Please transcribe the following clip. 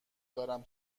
دارم